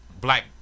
black